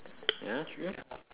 ya ya